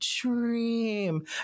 dream